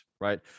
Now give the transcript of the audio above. right